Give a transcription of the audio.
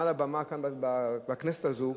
מעל הבמה בכנסת הזאת,